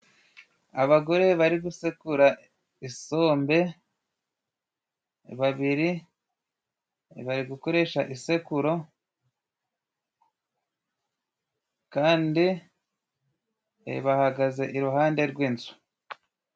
Abagore bari gusekura isombe. Babiri bari gukoresha isekururo kandi bahagaze iruhande rw'inzu.